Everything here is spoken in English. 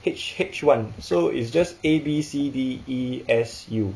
H H one so it's just A B C D E S U